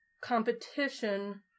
competition